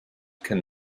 can